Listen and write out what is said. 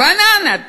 בננה,